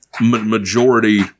majority